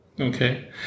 Okay